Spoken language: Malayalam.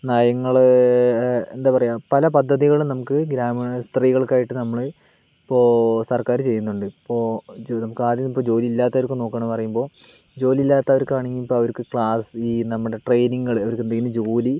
നയങ്ങള് എന്താ പറയുക പല പദ്ധതികളും നമുക്ക് ഗ്രാമീണ സ്ത്രീകൾക്കായിട്ട് നമ്മൾ ഇപ്പോൾ സർക്കാര് ചെയ്യുന്നുണ്ട് ഇപ്പോൾ പ്രാഥമിക ജോലി ഇല്ലാത്തവരെ നോക്കുകയാണെന്ന് പറയുമ്പോൾ ജോലി ഇല്ലാത്തവർക്കാണെങ്കിൽ ഇപ്പോൾ അവർക്ക് ക്ലാസ്സ് നമ്മുടെ ട്രൈനിങ്ങുകൾ അവർക്ക് എന്തെങ്കിലും ജോലി